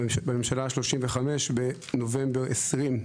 בממשלה ה-35, בנובמבר 20',